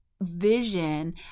vision